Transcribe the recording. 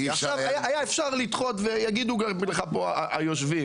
היה אפשר לדחות, ויגידו לך פה גם היושבים